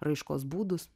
raiškos būdus